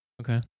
Okay